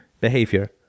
behavior